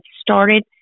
started